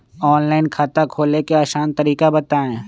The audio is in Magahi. ऑनलाइन खाता खोले के आसान तरीका बताए?